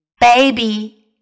baby